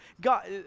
God